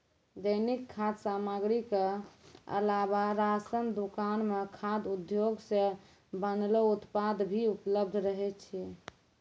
दैनिक खाद्य सामग्री क अलावा राशन दुकान म खाद्य उद्योग सें बनलो उत्पाद भी उपलब्ध रहै छै